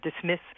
dismiss